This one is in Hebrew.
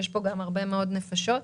יש פה גם הרבה מאוד נפשות.